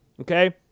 Okay